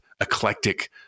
eclectic